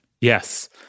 Yes